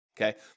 okay